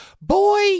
Boy